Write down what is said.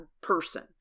person